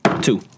Two